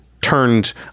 turned